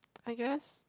I guess